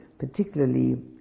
Particularly